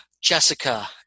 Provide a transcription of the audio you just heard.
Jessica